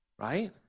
Right